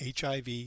hiv